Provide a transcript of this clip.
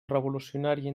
revolucionària